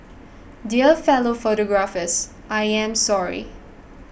dear fellow photographers I am sorry